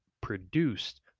produced